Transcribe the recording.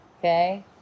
Okay